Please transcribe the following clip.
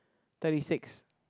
thirty six